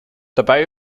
dabei